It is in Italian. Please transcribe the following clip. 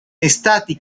estati